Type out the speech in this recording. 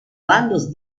bandos